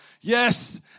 Yes